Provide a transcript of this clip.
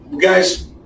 guys